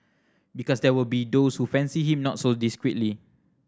because there will be those who fancy him not so discreetly